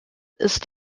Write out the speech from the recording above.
ist